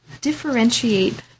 differentiate